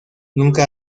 nunca